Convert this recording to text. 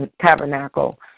tabernacle